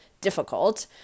difficult